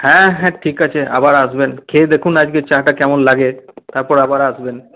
হ্যাঁ হ্যাঁ ঠিক আছে আবার আসবেন খেয়ে দেখুন আজকে চা টা কেমন লাগে তারপর আবার আসবেন